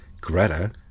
Greta